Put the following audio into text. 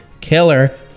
killer